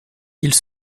ils